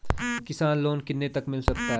किसान लोंन कितने तक मिल सकता है?